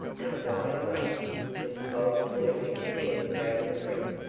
and a wide-awake with a folded blue handkerchief round the brim.